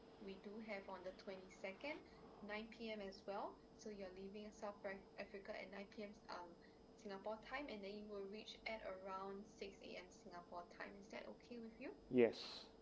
yes